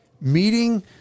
meeting